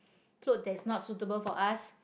clothes that is not suitable for us